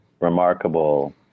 remarkable